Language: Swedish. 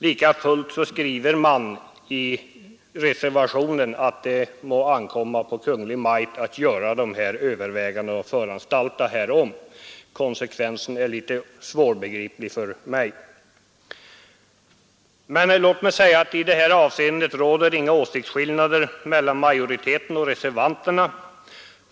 Likafullt skriver man i reservationen att det må ankomma på Kungl. Maj:t att göra dessa överväganden och föranstalta härom. Konsekvensen är litet svårbegriplig för mig. Låt mig säga att i detta avseende råder inga åsiktsskillnader mellan majoriteten och reservanterna.